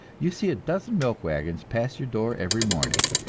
you see a dozen milk wagons pass your door every morning,